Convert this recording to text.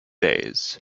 days